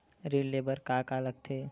ऋण ले बर का का लगथे?